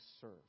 serve